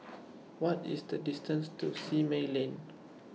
What IS The distance to Simei Lane